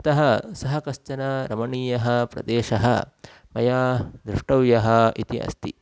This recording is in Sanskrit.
अतः सः कश्चन रमणीयः प्रदेशः मया द्रष्टव्यः इति अस्ति